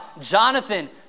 Jonathan